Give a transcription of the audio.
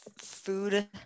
food